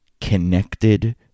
connected